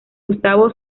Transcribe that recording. gustavo